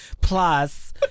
Plus